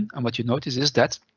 and what you notice is that,